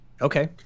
Okay